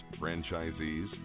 franchisees